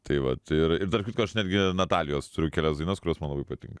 tai vat ir ir tarp kitko aš netgi natalijos turiu kelias dainas kurios man labai patinka